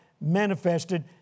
manifested